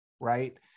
right